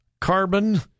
carbon